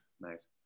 Nice